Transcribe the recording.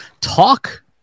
talk